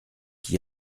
qui